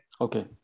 Okay